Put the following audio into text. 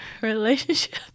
relationship